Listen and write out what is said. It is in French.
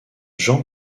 jean